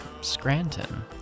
Scranton